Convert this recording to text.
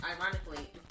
ironically